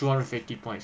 two hundred fifty points